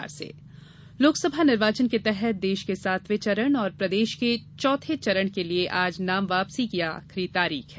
नामांकन लोकसभा निर्वाचन के तहत देश के सातवें चरण और प्रदेश के चौथे चरण के लिए आज नाम वापसी की आखिरी तारीख है